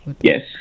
Yes